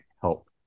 help